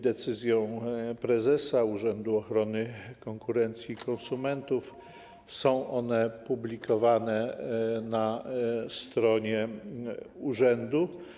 Decyzją prezesa Urzędu Ochrony Konkurencji i Konsumentów są one publikowane na stronie urzędu.